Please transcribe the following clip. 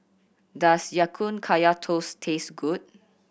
does Ya Kun Kaya Toast taste good